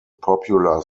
popular